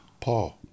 Paul